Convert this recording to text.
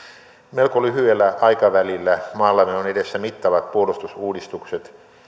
melko lyhyellä aikavälillä maallamme on edessä mittavat puolustusuudistukset